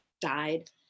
died